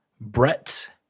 Brett